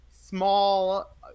small